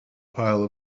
pile